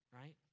right